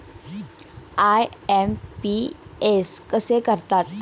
IMPS कसे करतात?